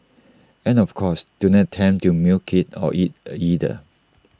and of course do not attempt to milk IT or eat IT either